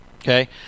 Okay